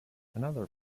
another